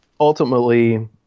Ultimately